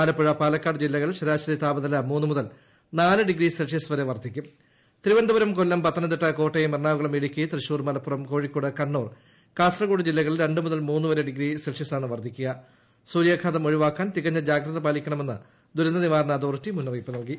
ആലപ്പുഴ പാലക്കാട്ജില്ലകളിൽ ശരാശരി താപനില്ലിമൂന്നു മുതൽ നാലു ഡിഗ്രി സെൽഷ്യസ് വരെ വർധിക്കും പ്ര തിരുവനന്തപുരംകൊല്ലംപത്തനംതിട്ട് കോട്ടയം എറണാകുളംഇടുക്കിതൃശ്ശൂർമല്ലപ്പുറംകോഴിക്കോട്കണ്ണൂർ കാസർകോട് ജില്ലകളിൽ രണ്ടു മുതൽ മൂന്നു വരെ ഡിഗ്രി സെൽഷ്യസാണ് വർധിക്കുക്കു സൂര്യഘാതം ഒഴിവാക്കാൻ തികഞ്ഞ ജാഗ്രത പാലിക്ക്ണ്മെന്ന് ദുരന്ത നിവാരണ അതോറിറ്റി മുന്നറിയിപ്പു നല്കി